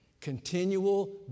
Continual